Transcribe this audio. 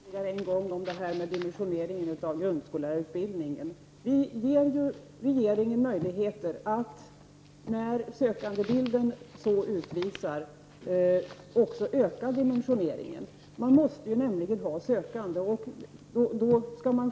Fru talman! Marianne Andersson talar ytterligare en gång om dimensioneringen av grundskollärarutbildningen. Vi ger ju regeringen möjligheter att när sökandebilden så utkräver öka dimensioneringen. Man måste nämligen ha sökande.